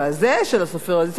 ספר מצוין,